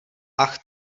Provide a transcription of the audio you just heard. ach